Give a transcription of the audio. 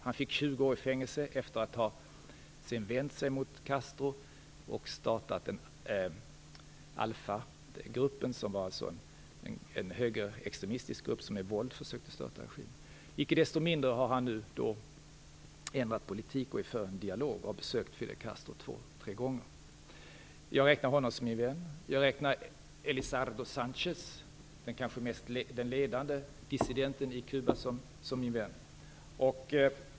Han fick 20 år i fängelse efter att sedan ha vänt sig mot Castro och startat Alphagruppen, som var en högerextremistisk grupp som med våld försökte störta regimen. Icke desto mindre har han nu ändrat politik, är för en dialog och har besökt Fidel Castro två tre gånger. Jag räknar också Elizardo Sanchez, den ledande dissidenten på Kuba, som min vän.